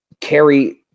carry